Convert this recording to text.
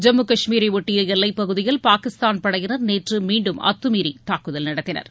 ஜம்மு கஷ்மீரை ஒட்டிய எல்லைப்பகுதியில் பாகிஸ்தான் படையினர் நேற்று மீண்டும் அத்தமீறி தாக்குதல் நடத்தினர்